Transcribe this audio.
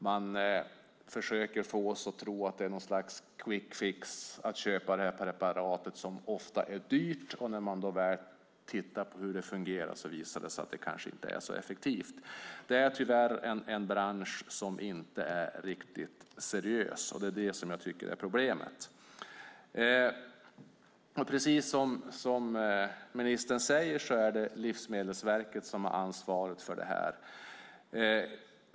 Man försöker att få oss att tro att det är något slags quick fix att köpa preparatet som ofta är dyrt. När man väl tittar på hur det fungerar visar det sig att det kanske inte är så effektivt. Det är tyvärr en bransch som inte är riktigt seriös, och det är problemet. Precis som ministern säger är det Livsmedelsverket som har ansvaret för detta.